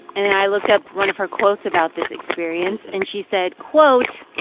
and i looked up one of her quotes about this experience. and she said, quote,